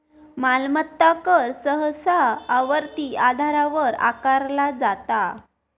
मालमत्ता कर सहसा आवर्ती आधारावर आकारला जाता